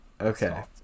okay